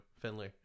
Finley